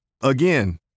Again